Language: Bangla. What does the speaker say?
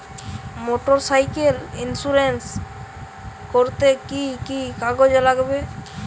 মোটরসাইকেল ইন্সুরেন্স করতে কি কি কাগজ লাগবে?